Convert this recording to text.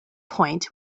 point